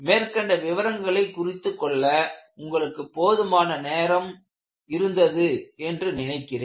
மேற்கண்ட விவரங்களை குறித்துக் கொள்ள உங்களுக்கு போதுமான நேரம் இருந்தது என்று நினைக்கிறேன்